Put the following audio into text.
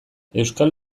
euskal